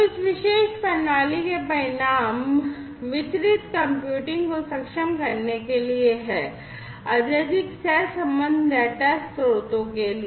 तो इस विशेष प्रणाली के परिणाम वितरित कंप्यूटिंग को सक्षम करने के लिए है अत्यधिक सहसंबद्ध डेटा स्रोतों के लिए